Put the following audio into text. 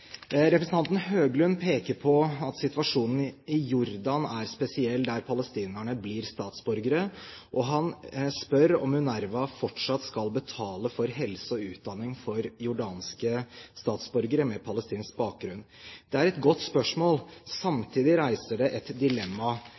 Representanten Høglund peker på at situasjonen i Jordan er spesiell, der palestinerne blir statsborgere. Han spør om UNRWA fortsatt skal betale for helse og utdanning til jordanske statsborgere med palestinsk bakgrunn. Det er et godt spørsmål, samtidig reiser det et dilemma.